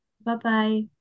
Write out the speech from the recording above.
Bye-bye